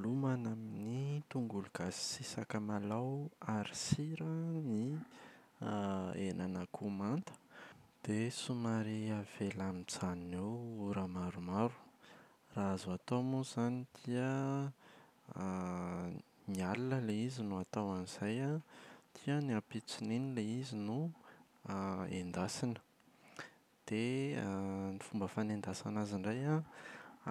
Lomana amin’ny tongolo gasy sy sakamalaho ary sira ny henan’akoho manta dia somary avela mijanona eo ora maromaro. Raha azo atao moa izany dia ny alina ilay izy no atao an’izay an, dia ny ampitson’iny ilay izy no endasina. Dia ny fomba fanendasana azy indray an: